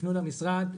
תפנו למשרד.